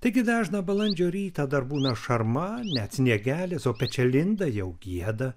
taigi dažną balandžio rytą dar būna šarma net sniegelis o pečialinda jau gieda